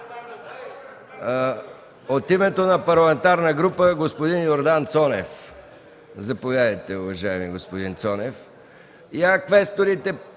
От името на парламентарна група – господин Йордан Цонев. Заповядайте, уважаеми господин Цонев.